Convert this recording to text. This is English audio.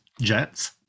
jets